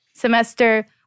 semester